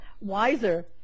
wiser